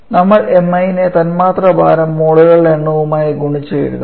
നമ്മൾ mi നെ തന്മാത്രാ ഭാരം മോളുകളുടെ എണ്ണവുമായി ഗുണിച്ച് എഴുതാം